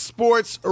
Sports